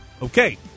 Okay